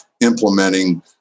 implementing